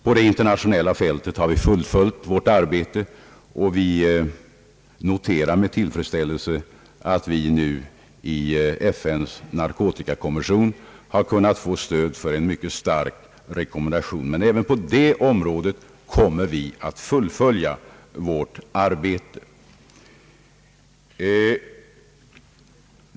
På det internationella fältet har vi fullföljt vårt arbete, och vi noterar med tillfredsställelse att vi nu i FN:s narkotikakommission har kunnat få stöd för en mycket stark rekommendation. Även på det området kommer vi att fullfölja vårt arbete.